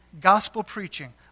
gospel-preaching